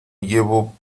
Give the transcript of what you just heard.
llevo